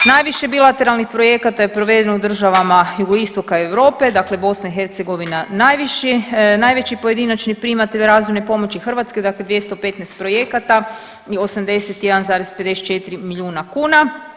Najviše bilateralnih projekata je provedeno u državama jugoistoka Europe, dakle BiH najviši, najveći pojedinačni primatelj razvojne pomoći Hrvatske dakle 215 projekata i 81,54 milijuna kuna.